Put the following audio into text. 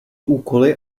úkoly